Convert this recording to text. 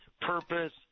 purpose